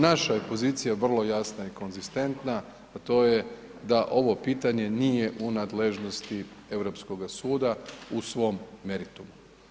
Naša je pozicija vrlo jasna i konzistentna, a to je da ovo pitanje nije u nadležnosti Europskoga suda u svom meritumu.